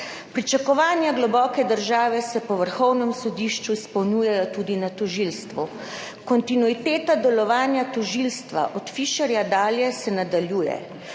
Pričakovanja globoke države se po Vrhovnem sodišču izpolnjujejo tudi na tožilstvu. Kontinuiteta delovanja tožilstva od Fišerja dalje se nadaljuje,